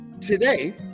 today